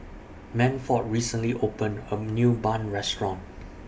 M J C Sat Safti and NITEC